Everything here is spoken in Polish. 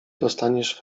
dostaniesz